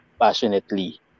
passionately